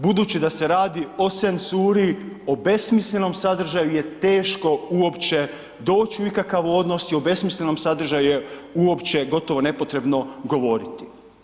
Budući da se radi o senssuri, o besmislenom sadržaju je teško uopće doći u ikakav odnos i o besmislenom sadržaju je uopće gotovo nepotrebno govoriti.